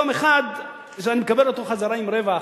יום אחד אני מקבל אותו חזרה עם רווח,